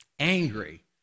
angry